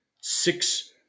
six